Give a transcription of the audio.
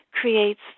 creates